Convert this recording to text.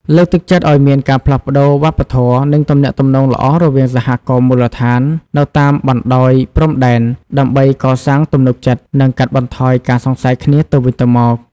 លើកទឹកចិត្តឱ្យមានការផ្លាស់ប្តូរវប្បធម៌ និងទំនាក់ទំនងល្អរវាងសហគមន៍មូលដ្ឋាននៅតាមបណ្តោយព្រំដែន ដើម្បីកសាងទំនុកចិត្ត និងកាត់បន្ថយការសង្ស័យគ្នាទៅវិញទៅមក។